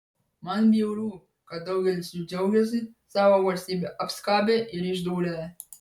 man bjauru kad daugelis jų džiaugiasi savo valstybę apskabę ir išdūrę